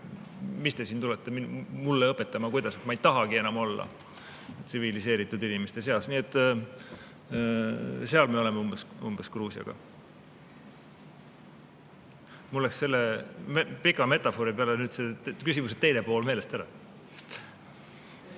"Mis te siin üldse tulete mind õpetama! Ma ei tahagi enam olla tsiviliseeritud inimeste seas!" Umbes seal me oleme Gruusiaga. Mul läks selle pika metafoori peale nüüd küsimuse teine pool meelest ära.